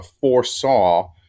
Foresaw